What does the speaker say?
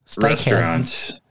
restaurants